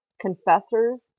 confessors